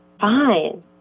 Fine